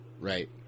Right